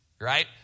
right